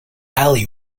ali